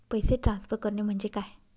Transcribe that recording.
पैसे ट्रान्सफर करणे म्हणजे काय?